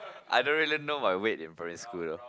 I don't really my weight in primary school though